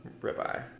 ribeye